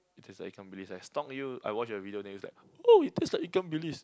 it is Ikan-Bilis I stalk you I watch your videos then it's like oh it taste like Ikan-Bilis